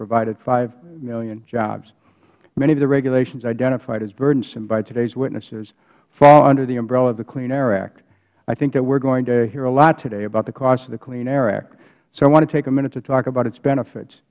provided five million jobs many of the regulations identified as burdensome by today's witnesses fall under the umbrella of the clean air act i think that we are going to hear a lot today about the cost of the clean air act so i want to take a minute to talk about its benefits